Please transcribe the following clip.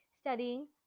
studying